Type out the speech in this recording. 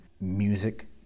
music